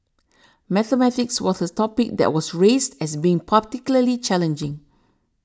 mathematics was this topic that was raised as being particularly challenging